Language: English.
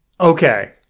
Okay